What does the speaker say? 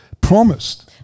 promised